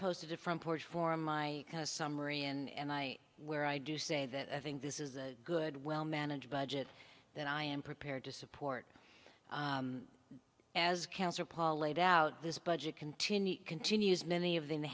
posted a front porch for my summary and i where i do say that i think this is a good well managed budget that i am prepared to support as cancer paul laid out this budget continue continues many of the